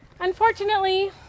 Unfortunately